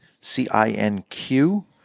C-I-N-Q